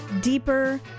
Deeper